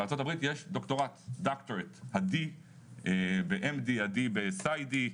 בארה"ב יש דוקטורט שבו ה-D ב-M.D., ה-D ב-Sc.D.